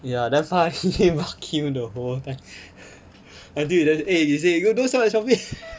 ya that's why he's he the whole time until he dare eh you say you got do so much at Shopee